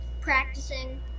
practicing